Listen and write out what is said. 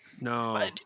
No